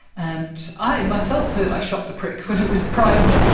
and i, myself, heard i shot the prick, when it was primed,